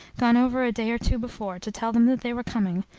gone over a day or two before, to tell them that they were coming,